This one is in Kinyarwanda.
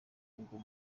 bwo